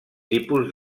tipus